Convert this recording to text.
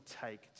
take